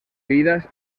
vidas